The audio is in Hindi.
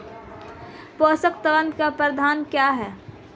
पोषक तत्व प्रबंधन क्या है?